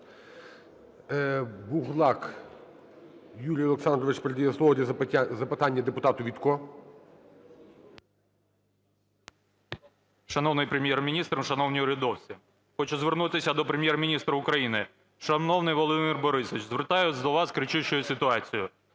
Буглак Юрій Олександрович передає слово для запитання депутату Вітку. 10:57:25 ВІТКО А.Л. Шановний Прем'єр-міністр, шановні урядовці! Хочу звернутися до Прем'єр-міністра України. Шановний Володимир Борисович, звертаюсь до вас з кричущою ситуацією.